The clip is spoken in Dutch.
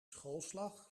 schoolslag